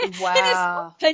Wow